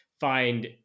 find